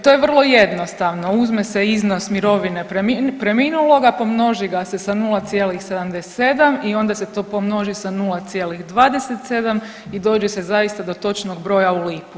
To je vrlo jednostavno, uzme se iznos mirovine preminuloga pomnoži ga se sa 0,77 i onda se to pomnoži sa 0,27 i dođe se zaista do točnog broja u lipu.